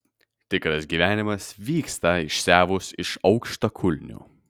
tikras gyvenimas vyksta išsiavus iš aukštakulnių